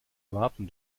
erwarten